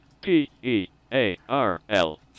P-E-A-R-L